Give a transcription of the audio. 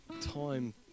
time